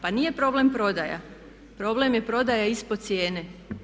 Pa nije problem prodaja, problem je prodaja ispod cijene.